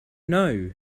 know